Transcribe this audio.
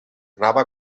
anava